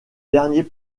dernier